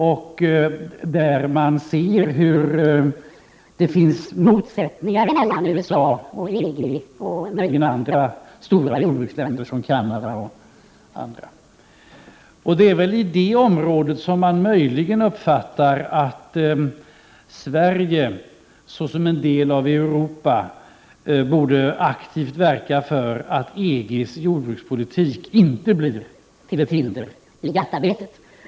Man ser där hur det finns motsättningar mellan USA och EG och möjligen andra stora jordbruksländer, exempelvis Canada. Det är väl på det området som man möjligen uppfattar att Sverige såsom del av Europa aktivt borde verka för att EG:s jordbrukspolitik inte blir till ett hinder i GATT arbetet.